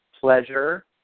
pleasure